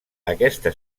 aquesta